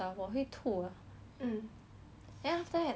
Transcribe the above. then after that the mother say never mind lah it's like